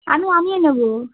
আমি আনিয়ে নেব